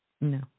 No